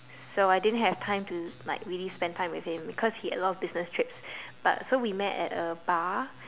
so I didn't have time to like really spend time with him because he had a lot of business trips but so we met at a bar